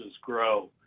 grow